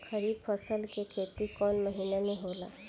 खरीफ फसल के खेती कवना महीना में होला?